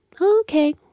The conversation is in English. okay